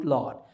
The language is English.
Lord